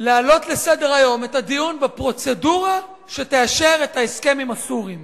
להעלות לסדר-היום את הדיון בפרוצדורה שתאשר את ההסכם עם הסורים